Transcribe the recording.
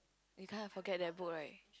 you kind of forget that book right